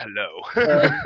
hello